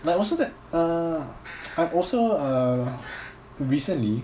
like also there uh I'm also uh recently